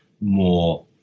more